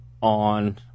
on